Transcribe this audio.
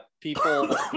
people